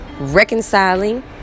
reconciling